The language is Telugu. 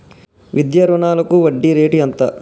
విద్యా రుణాలకు వడ్డీ రేటు ఎంత?